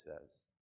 says